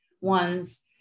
ones